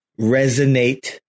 resonate